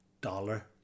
Dollar